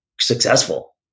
successful